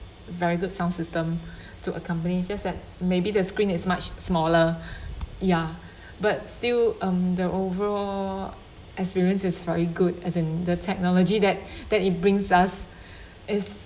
very good sound system to a company it's just that maybe the screen is much smaller ya but still um the overall experience is very good as in the technology that that it brings us is